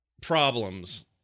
problems